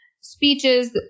speeches